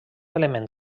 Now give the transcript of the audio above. element